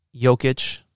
Jokic